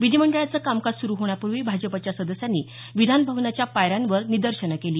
विधीमंडळाचं कामकाज सुरू होण्यापूर्वी भाजपच्या सदस्यांनी विधान भवनाच्या पायऱ्यांवर निदर्शनं केली